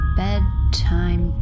bedtime